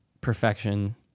perfection